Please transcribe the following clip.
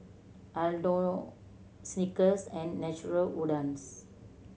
Aldo Snickers and Natural Wonders